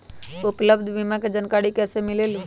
उपलब्ध बीमा के जानकारी कैसे मिलेलु?